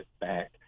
back